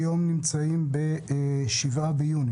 היום ה-5 ביוני